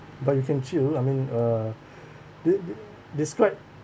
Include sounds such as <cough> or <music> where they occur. but you can chill I mean uh <breath> de~ describe